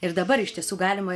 ir dabar iš tiesų galima